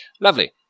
Lovely